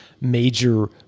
major